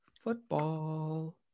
football